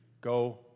Go